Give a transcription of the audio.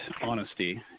honesty